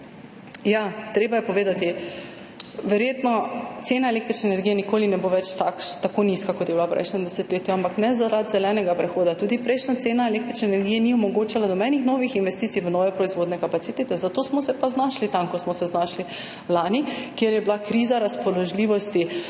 Treba je povedati, da verjetno cena električne energije nikoli ne bo več tako nizka, kot je bila v prejšnjem desetletju, ampak ne zaradi zelenega prehoda, prejšnja cena električne energije tudi ni omogočala nobenih novih investicij v nove proizvodne kapacitete, zato smo se pa znašli tam, kjer smo se znašli lani, ko je bila kriza razpoložljivosti